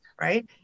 right